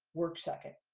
work second.